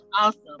awesome